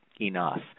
enough